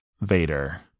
vader